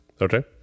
Okay